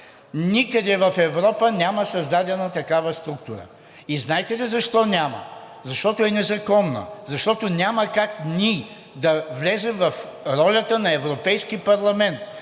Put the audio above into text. Никъде в Европа няма създадена такава структура. Знаете ли защо няма? Защото е незаконна. Защото няма как ние да влезем в ролята на Европейския парламент,